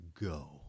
go